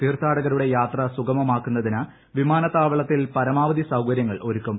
തീർഥാടകരുടെ യാത്ര സുഗമമാക്കുന്നിതിന് വിമാനത്താവളത്തിൽ പരമാവധി സൌകര്യങ്ങൾ ഒരുക്കും